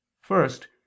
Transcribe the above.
first